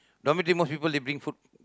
dormitory most people they bring food